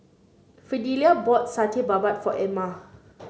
Fidelia bought Satay Babat for Emma